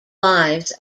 lives